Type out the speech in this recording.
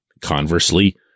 conversely